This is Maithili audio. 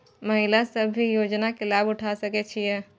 महिला सब भी योजना के लाभ उठा सके छिईय?